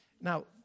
Now